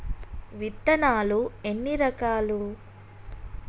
విత్తనాలు ఎన్ని రకాలు?